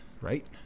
right